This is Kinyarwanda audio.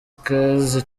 ikaze